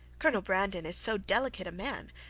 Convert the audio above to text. colonel brandon is so delicate a man,